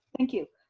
thank you.